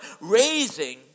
raising